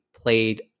played